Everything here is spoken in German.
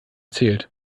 zählt